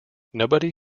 nobody